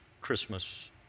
Christmas